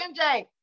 mj